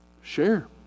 Share